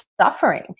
suffering